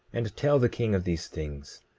and tell the king of these things,